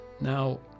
Now